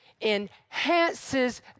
enhances